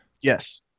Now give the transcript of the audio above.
Yes